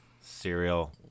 cereal